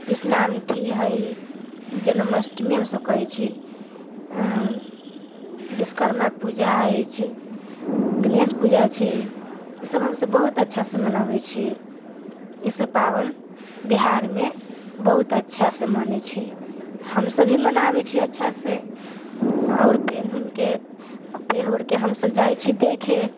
कृष्णाष्टमी हइ जन्माष्टमी हमसभ कहैत छी विश्वकर्मा पूजा अछि गणेश पूजा छी ईसभ हमसभ बहुत अच्छासँ मनाबैत छी ईसभ पाबनि बिहारमे बहुत अच्छासँ मनैत छै हमसभ भी मनाबैत छी अच्छासँ आओर पेन्ह उन्हके पहीर ओढ़ि कऽ हमसभ जाइत छी देखय